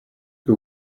que